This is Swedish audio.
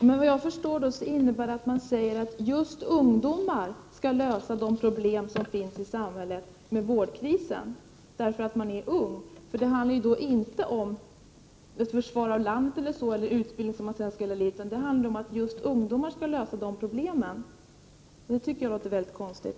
Herr talman! Såvitt jag förstår innebär detta att man säger att ungdomar skall lösa de problem som finns i samhället med vårdkrisen, just därför att de är unga. Det handlar ju inte om att försvara landet eller få en utbildning. Att just ungdomar skulle lösa de problemen tycker jag är litet konstigt.